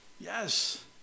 Yes